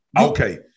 Okay